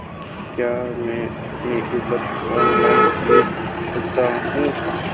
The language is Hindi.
क्या मैं अपनी उपज ऑनलाइन बेच सकता हूँ?